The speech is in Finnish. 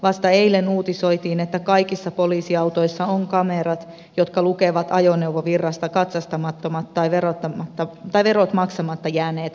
vasta eilen uutisoitiin että kaikissa poliisiautoissa on kamerat jotka lukevat ajoneuvovirrasta katsastamattomat tai verot maksamatta jättäneet autoilijat